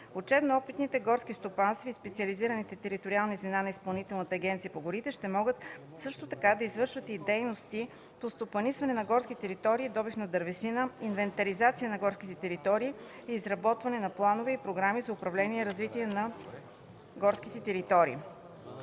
Учебно-опитните горски стопанства и специализираните териториални звена на Изпълнителната агенция по горите ще могат също така да извършват и дейности по стопанисване на горски територии, добив на дървесина, инвентаризация на горските територии и изработване на планове и програми за управление и развитие на горските територии.